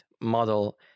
model